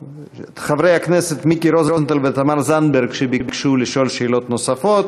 חברי הכנסת תמר זנדברג ומיקי רוזנטל כבר ביקשו לשאול שאלות נוספות.